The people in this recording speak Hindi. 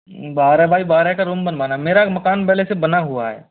बारह बाई बारह का रूम बनवाना है मेरा एक मकान पहले से बना हुआ है